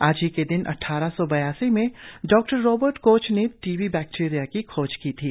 आज ही के दिन अट्ठारह सौ बयासी में डॉ रॉबर्ट कोच ने टीबी वैक्टिरिया की खोज की थी